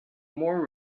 more